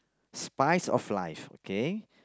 spice of life okay